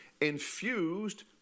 infused